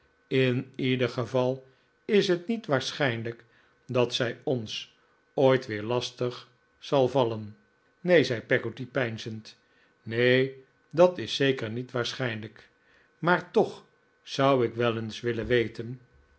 in ieder geval is het niet waarschijnlijk dat zij ons ooit weer lastig zal vallen neen zei peggotty peinzend neen dat is zeker niet waarschijnlijk maar toch zou ik wel eens willen weten